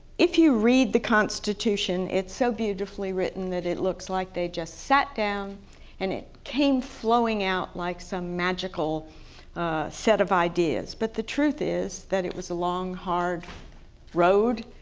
if you read the constitution, it's so beautifully written that it looks like they just sat down and it came flowing out like some magical set of ideas. but the truth is that it was a long, hard road.